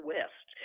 West